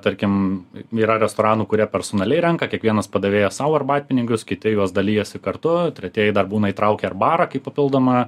tarkim yra restoranų kurie personaliai renka kiekvienas padavėjas sau arbatpinigius kiti juos dalijasi kartu tretieji dar būna įtraukę ir barą kaip papildomą